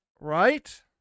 right